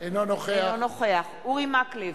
אינו נוכח אורי מקלב,